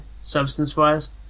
substance-wise